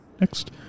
Next